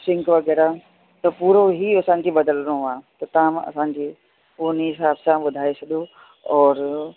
sink वग़ैरह त पूरो ई समुझी बदिलणो आहे त तव्हां असांजे हुन ई हिसाबु सां ॿुधाए सॼो और